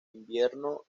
invierno